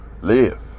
live